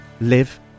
live